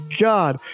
God